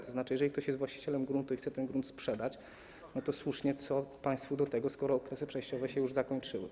To znaczy, że jeżeli ktoś jest właścicielem gruntu i chce ten grunt sprzedać, to słusznie: co państwu do tego, skoro okresy przejściowe już się zakończyły.